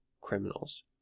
criminals